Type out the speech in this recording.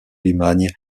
limagne